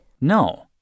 No